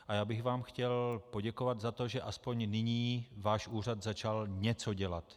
A já bych vám chtěl poděkovat za to, že aspoň nyní váš úřad začal něco dělat.